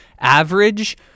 Average